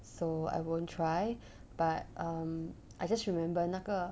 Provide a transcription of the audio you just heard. so I won't try but um I just remember 那个